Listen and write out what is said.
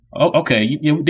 okay